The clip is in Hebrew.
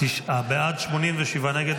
תשעה בעד, 87 נגד.